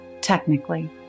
technically